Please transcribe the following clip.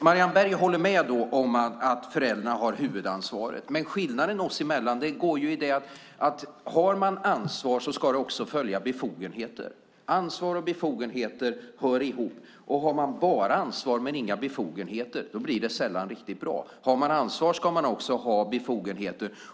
Marianne Berg håller med om att föräldrarna har huvudansvaret. Men skillnaden oss emellan är att med ansvar ska följa befogenheter. Ansvar och befogenheter hör ihop. Har man bara ansvar men inga befogenheter blir det sällan riktigt bra. Har man ansvar ska man också ha befogenheter.